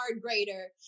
grader